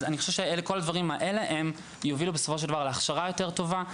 כל הדברים האלה יובילו בסופו של דבר להכשרה טובה יותר,